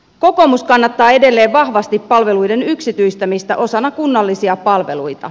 kokoomus kannattaa edelleen vahvasti palveluiden yksityistämistä osana kunnallisia palveluita